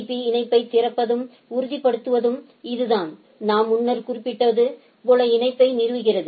பீ இணைப்பைத் திறப்பதும் உறுதிப்படுத்துவதும் இதுதான் நாம் முன்னர் குறிப்பிட்டது போல இணைப்பை நிறுவுகிறது